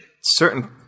certain